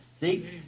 See